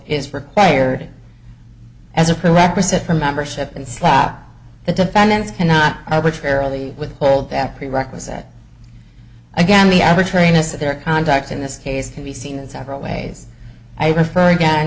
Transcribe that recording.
is required as a prerequisite for membership and slap the defendants cannot arbitrarily withhold that prerequisite again the other train is that their contacts in this case can be seen in several ways i refer again